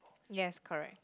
yes correct